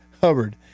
Hubbard